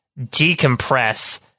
decompress